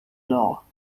law